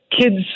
kids